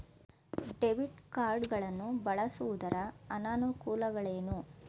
Debit card ಗಳನ್ನು ಬಳಸುವುದರ ಅನಾನುಕೂಲಗಳು ಏನು?